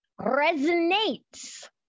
resonates